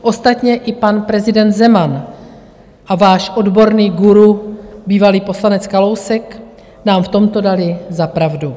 Ostatně i pan prezident Zeman a váš odborný guru, bývalý poslanec Kalousek, nám v tomto dali za pravdu.